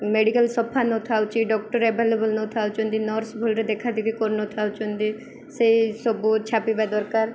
medical ସଫା ନଥାଉଛି doctor available ନଥାଉଛନ୍ତି ନର୍ସ ଭଲରେ ଦେଖାଦେଖି କରୁନଥାଉଛନ୍ତି ସେଇ ସବୁ ଛାପିବା ଦରକାର